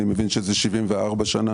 אני מבין שזה 74 שנה,